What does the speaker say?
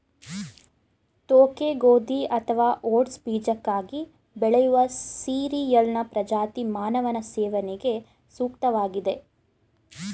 ತೋಕೆ ಗೋಧಿ ಅಥವಾ ಓಟ್ಸ್ ಬೀಜಕ್ಕಾಗಿ ಬೆಳೆಯುವ ಸೀರಿಯಲ್ನ ಪ್ರಜಾತಿ ಮಾನವನ ಸೇವನೆಗೆ ಸೂಕ್ತವಾಗಿದೆ